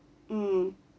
mm